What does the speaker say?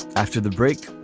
after the break,